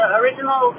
original